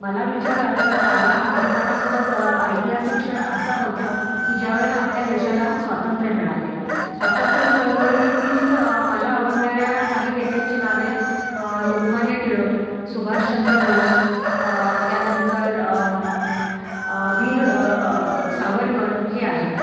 मला विचाराल तर मला अभिमानास्पद ऐतिहासिक क्षण असा होता की ज्या वेळेला आपल्या देशाला स्वातंत्र्य मिळाले स्वातंत्र्य चळवळीतील मला आवडणाऱ्या काही नेत्यांची नावे लोकमान्य टिळक सुभाषचंद्र बोस त्यानंतर वीर सावरकर हे आहेत